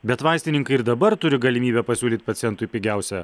bet vaistininkai ir dabar turi galimybę pasiūlyt pacientui pigiausią